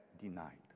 denied